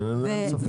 אין ספק.